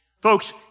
Folks